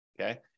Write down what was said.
okay